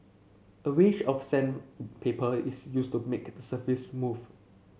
a range of sandpaper is used to make surface smooth